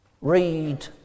Read